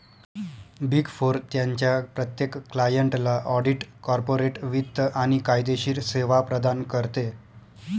big four त्यांच्या प्रत्येक क्लायंटला ऑडिट, कॉर्पोरेट वित्त आणि कायदेशीर सेवा प्रदान करते